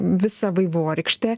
visą vaivorykštę